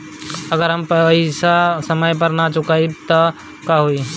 अगर हम पेईसा समय पर ना चुका पाईब त का होई?